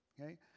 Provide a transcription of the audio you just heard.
okay